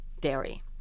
dairy